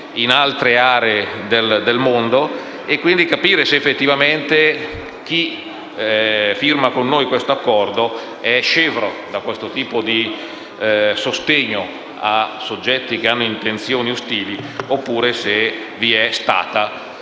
in altre aree del mondo. È necessario capire se, effettivamente, chi firma con noi un accordo è scevro da questo tipo di sostegno a soggetti che hanno intenzioni ostili oppure vi è stata una